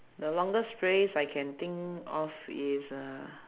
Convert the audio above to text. the longest phrase I can think of is uh